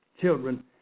children